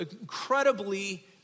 incredibly